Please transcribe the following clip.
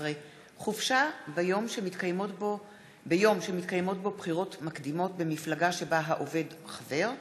17) (חופשה ביום שמתקיימות בו בחירות מקדימות במפלגה שבה העובד חבר),